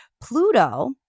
Pluto